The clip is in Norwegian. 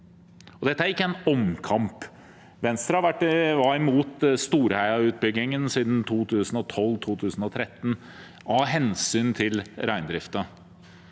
Dette er ikke en omkamp – Venstre har vært imot Storheia-utbyggingen siden 2012–2013 av hensyn til reindriften